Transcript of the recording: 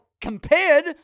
compared